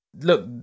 look